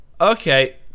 okay